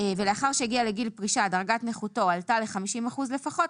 - עלתה דרגת נכותו ל-50 אחוזים לפחות,